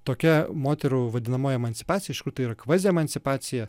tokia moterų vadinamoji emancipacija iš kur tai yra kvaziemancipacija